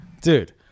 Dude